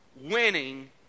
winning